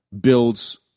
builds